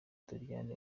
doriane